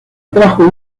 atrajo